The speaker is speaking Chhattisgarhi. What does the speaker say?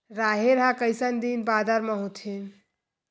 राहेर ह कइसन दिन बादर म होथे?